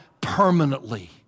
permanently